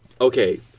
Okay